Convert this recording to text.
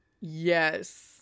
Yes